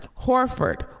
Horford